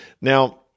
Now